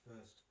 first